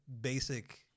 basic